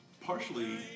partially